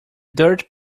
dirt